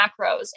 macros